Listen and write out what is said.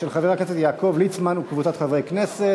של חבר הכנסת יעקב ליצמן וקבוצת חברי הכנסת.